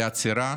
על עצירה,